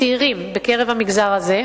הצעירים בקרב המגזר הזה,